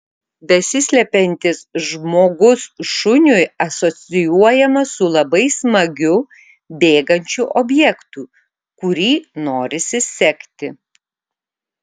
besislepiantis žmogus šuniui asocijuojamas su labai smagiu bėgančiu objektu kurį norisi sekti